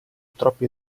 troppi